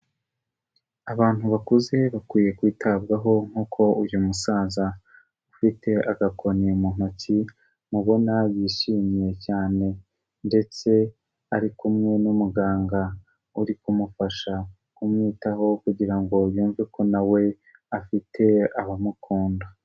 Abantu bakuze bakwiye kwitabwaho nk'uko uyu musaza ufite agakoni mu ntoki, mubona yishimye cyane ndetse ari kumwe n'umuganga uri kumufasha kumwitaho kugira ngo yumve ko nawe afite abamukunda.